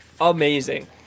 amazing